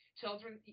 Children